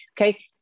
okay